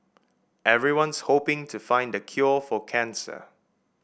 everyone's hoping to find the cure for cancer